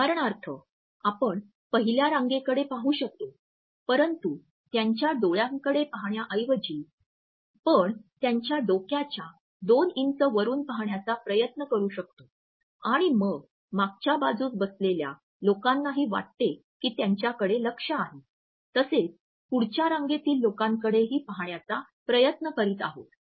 उदाहरणार्थ आपण पहिल्या रांगेकडे पाहू शकतो परंतु त्यांच्या डोळ्याकडे पाहण्याऐवजी पण त्यांच्या डोक्याच्या दोन इंच वरून पाहण्याचा प्रयत्न करू शकतो आणि मग मागच्या बाजूस बसलेल्या लोकांनाही वाटते कि त्यांच्याकडे लक्ष्य आहे तसेच पुढच्या रांगेतील लोकांकडेही पाहण्याचा प्रयत्न करीत आहोत